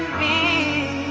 me